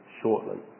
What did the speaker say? shortly